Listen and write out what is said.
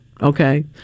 okay